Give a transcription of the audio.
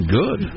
good